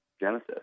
Genesis